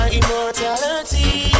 immortality